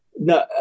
No